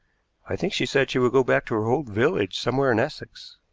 i think she said she would go back to her old village somewhere in essex.